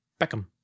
Beckham